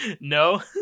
No